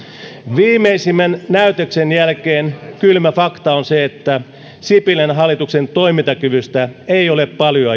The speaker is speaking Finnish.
viimeisimmän näytöksen jälkeen kylmä fakta on se että sipilän hallituksen toimintakyvystä ei ole paljon